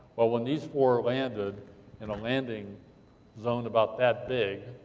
well, when these four landed in a landing zone, about that big,